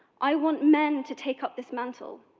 i want men to take up this mantle,